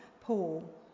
Paul